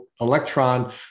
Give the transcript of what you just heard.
electron